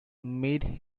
made